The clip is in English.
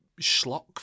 schlock